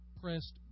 pressed